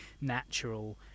natural